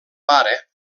pare